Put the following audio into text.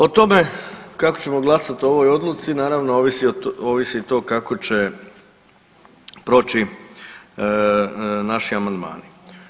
O tome kako ćemo glasat o ovoj odluci naravno ovisi i to kako će proći naši amandmani.